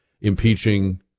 impeaching